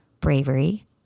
bravery